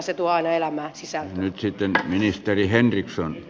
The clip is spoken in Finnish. se tuo aina elämään sisältöä